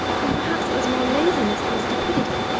and perhaps it was more laziness than stupidity,